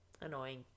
Annoying